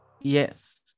Yes